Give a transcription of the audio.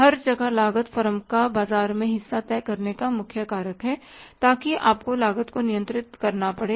हर जगह लागत फर्म का बाजार में हिस्सा तय करने का मुख्य कारक है ताकि आपको लागत को नियंत्रित करना पड़े